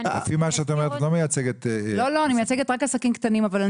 מייצגת רק עסקים קטנים.